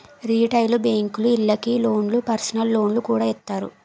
retail బేంకులు ఇళ్ళకి లోన్లు, పర్సనల్ లోన్లు కూడా ఇత్తాయి